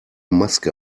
maske